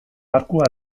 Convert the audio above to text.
arkua